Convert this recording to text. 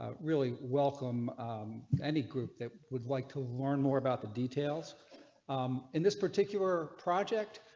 ah really welcome any group that would like to learn more about the details um in this particular project.